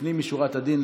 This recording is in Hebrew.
לפנים משורת הדין.